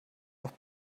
noch